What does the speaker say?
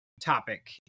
topic